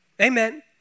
Amen